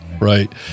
right